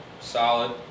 Solid